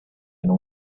and